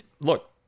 look